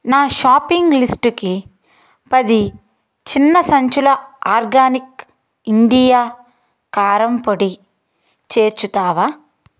నా షాపింగ్ లిస్టుకి పది చిన్న సంచులు ఆర్గానిక్ ఇండియా కారం పొడి చేర్చుతావా